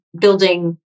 building